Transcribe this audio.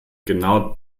genau